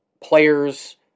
players